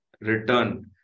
return